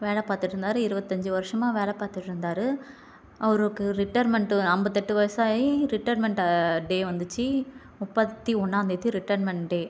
வேலை பார்த்துட்டு இருந்தார் இருபத்தஞ்சி வருஷமாக வேலை பார்த்துட்டு இருந்தார் அவருக்கு ரிட்டேர்மெண்ட் ஐம்பத்தெட்டு வயசாகி ரிட்டேர்மெண்ட் டே வந்துச்சு முப்பத்தி ஒன்றாந்தேதி ரிட்டேர்மெண்ட் டே